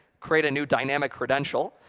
create a new dynamic credential.